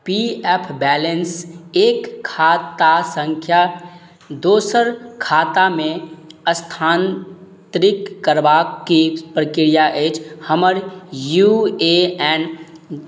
पी F balance एक खाता सँख्या दोसर खातामे स्थानान्तरित करबाक कि प्रक्रिया अछि हमर यू ए एन